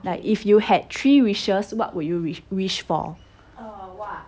like if you had three wishes what would you wish wish for